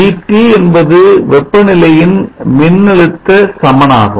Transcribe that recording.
VT என்பது வெப்பநிலையின் மின்னழுத்த சமனாகும்